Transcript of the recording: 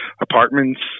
apartments